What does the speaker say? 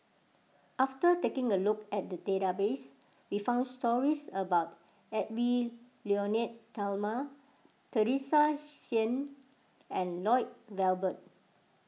after taking a look at the database we found stories about Edwy Lyonet Talma Teresa and Lloyd Valberg